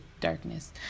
darkness